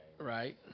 Right